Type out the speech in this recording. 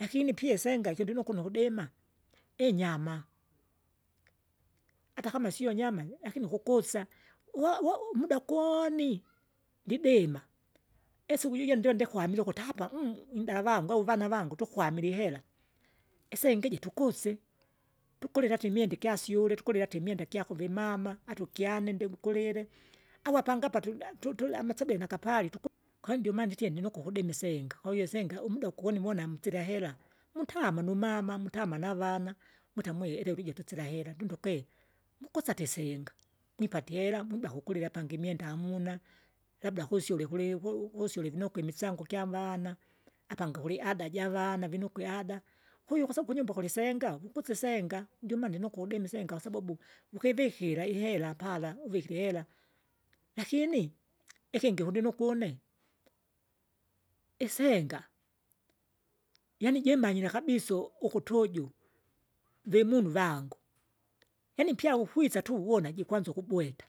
lakini pia iseka ikindinokuno ukudima. inyama, atakama sio nyama, lakini kukusa, uwo- uwo- umuda gooni, ndibima, esiku jijo ndio ndikwamire ukuti apa, indavanga au avana vangu tukwamile ihera, isenga iji tukuse, tukule lati imwenda igyasyule, tukule lati imwenda gyakuvimama ati ukyane ndinkulile. Avapanga apa tu- tu- tule amasebele nakapali tuku, kwahiyo ndio maana isyene nuku kudima isenga, kwahiyo isenga umda ukunivona msila hera, mutama numama, mutama navana, muta mwe elevi ijo tusila hera ndunduke, mukusa tisinga, mwipatie hera mwiba kukulila pangi imwenda amuna. Labda kusyule kulevu kusyule vinokwa imisango kyavana, apangi kuliada javana vinukwe iada, kwahiyo kwasabu kunyumba kulisenga? mukuse senga, ndiomaana ndinukwa udini isenga kwasababu, vukivikira ihera pala uvikire ihera. Lakini ikingi kundinukwa une, isenga, yaani jimanyire kabiasa, ukutu uju, vimunu vangu, yaani mpya ukwisa tu uona jikwanza ukubweta.